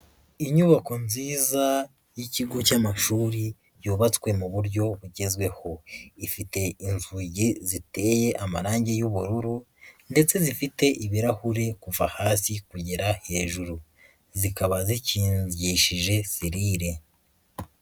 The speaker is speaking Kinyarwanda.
Inyubako nziza y'ikigo cy'amashuri yubatswe mu buryo bugezweho, ifite in inzuge ziteye amarangi y'ubururu ndetse zifite ibirahuri kuva hati kugera hejuru, zikaba zikingishije selile.